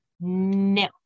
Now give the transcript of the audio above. No